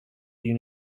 you